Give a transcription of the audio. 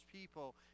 people